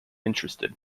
interested